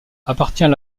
appartient